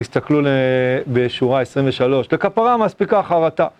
תסתכלו בשורה 23, לכפרה מספיקה חרטה.